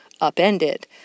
upended